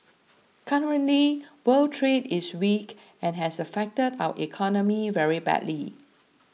currently world trade is weak and has affected our economy very badly